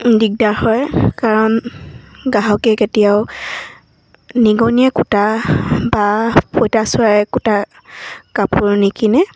দিগদাৰ হয় কাৰণ গাহকে কেতিয়াও নিগনীয়ে কুটা বা পঁইতাচোৰাই কুটা কাপোৰ নিকিনে